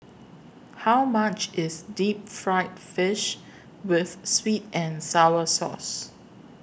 How much IS Deep Fried Fish with Sweet and Sour Sauce